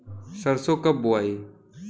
सरसो कब बोआई?